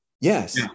Yes